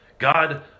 God